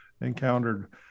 encountered